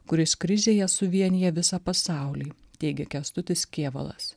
kuris krizėje suvienija visą pasaulį teigia kęstutis kėvalas